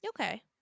Okay